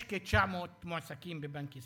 יש כ-900 מועסקים בבנק ישראל.